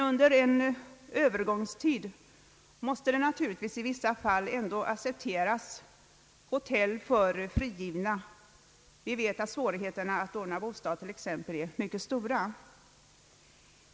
Under en övergångstid måste vi ändå i vissa fall acceptera t.ex. hotell för frigivna eftersom svårigheterna att ordna bostad är mycket stora.